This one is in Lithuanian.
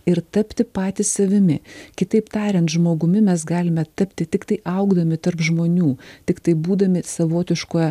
ir tapti patys savimi kitaip tariant žmogumi mes galime tapti tiktai augdami tarp žmonių tiktai būdami savotiškoje